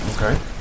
Okay